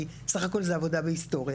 כי סך הכול זה עבודה בהיסטוריה.